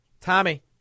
Tommy